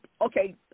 okay